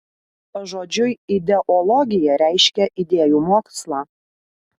pažodžiui ideologija reiškia idėjų mokslą